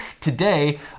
today